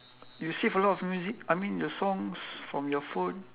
you save a lot of music I mean your songs from your phone